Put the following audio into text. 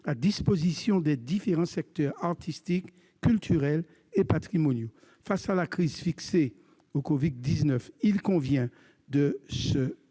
à disposition des différents secteurs artistiques, culturels et patrimoniaux. Face à la crise liée au covid-19, il convient de